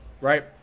right